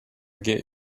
get